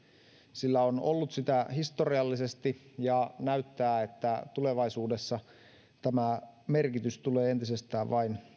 sillä on on ollut sitä historiallisesti ja näyttää että tulevaisuudessa tämä merkitys tulee entisestään vain